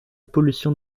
pollution